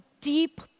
deep